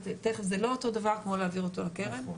זה לא אותו דבר כמו להעביר אותו לקרן.